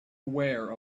aware